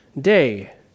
Day